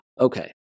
Okay